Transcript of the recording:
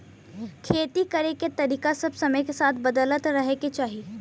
खेती करे के तरीका समय के साथे बदलत रहे के चाही